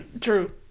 true